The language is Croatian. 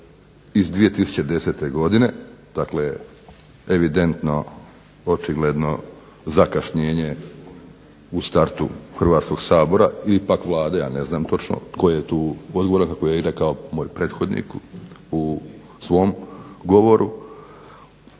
iz 2010. godine, dakle evidentno očigledno zakašnjenje u startu Hrvatskoga sabora ili pak Vlade, ja ne znam točno kako je tu odgovoran kako je i rekao moj prethodnik u svom govoru.